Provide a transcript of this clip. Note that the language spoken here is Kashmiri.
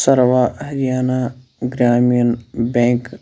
سروا ہریانہ گرٛامیٖن بیٚنٛک